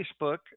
Facebook